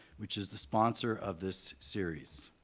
which is the sponsor of this series.